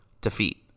defeat